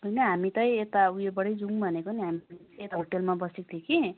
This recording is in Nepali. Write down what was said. होइन हामी चाहिँ यता ऊ योबाटै जाऔँ भनेको नि यता होटलमा बसेको थियो कि